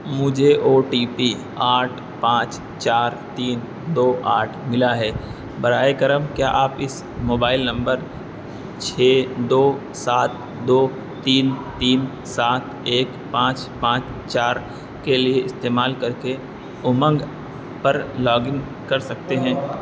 مجھے O T P آٹھ پانچ چار تین دو آٹھ ملا ہے براہ کرم کیا آپ اس موبائل نمبر چھ دو سات دو تین تین سات ایک پانچ پانچ چار کے لیے استعمال کر کے امنگ پر لاگ ان کر سکتے ہیں